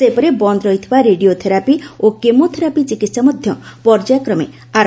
ସେହିପରି ବନ୍ଦ ରହିଥିବା ରେଡିଓଥେରାପି ଓ କେମୋଥେରାପି ଚିକିହା ମଧ୍ଧ ପର୍ଯ୍ୟାୟକ୍ରମେ ଆର